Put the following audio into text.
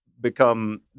become